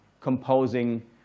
composing